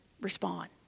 respond